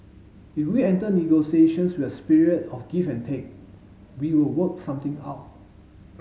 if we enter negotiations with a spirit of give and take we will work something out